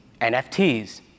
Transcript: NFTs